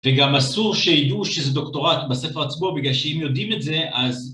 וגם אסור שיידעו שזו דוקטורט בספר עצמו, בגלל שאם יודעים את זה, אז...